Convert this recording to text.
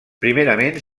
primerament